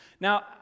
Now